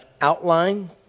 outline